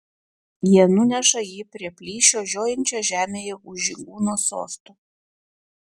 jie nuneša jį prie plyšio žiojinčio žemėje už žygūno sosto